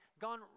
gone